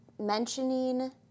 mentioning